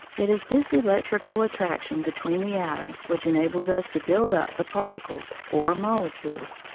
it is this electrical attraction between the atoms which enables us to build up the particles, or molecules,